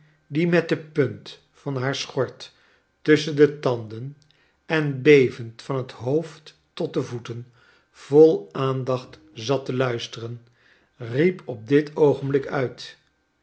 die met de punt van haar schort tusschen de tanden en bevend van het hoofd tot de voeten vol aandacht zat te luisteren riep op dit oogenblik uit